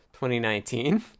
2019